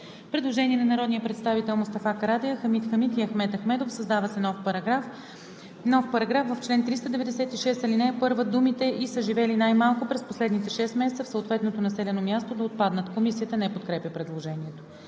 Предложение на народните представители Мустафа Карадайъ, Хамид Хамид и Ахмед Ахмедов: „Създава се нов §…:„§... В чл. 396, ал. 1 думите „и са живели най-малко през последните 6 месеца в съответното населено място“ да отпаднат.“ Комисията не подкрепя предложението.